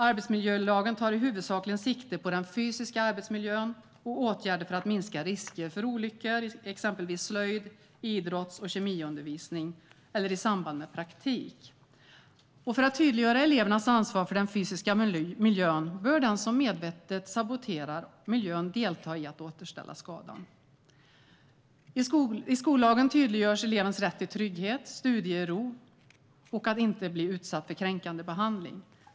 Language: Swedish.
Arbetsmiljölagen tar huvudsakligen sikte på den fysiska arbetsmiljön och åtgärder för att minska risker för olyckor i exempelvis slöjd-, idrotts och kemiundervisning eller i samband med praktik. För att tydliggöra elevernas ansvar för den fysiska miljön bör den som medvetet saboterar miljön delta i att återställa det som man har skadat. I skollagen tydliggörs elevens rätt till trygghet, studiero och att inte bli utsatt för kränkande behandling.